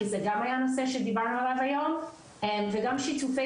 כי זה גם היה נושא שדיברנו עליו היום וגם שיתופי